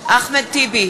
אחמד טיבי,